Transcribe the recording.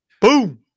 Boom